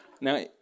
Now